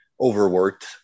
overworked